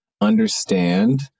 understand